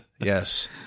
yes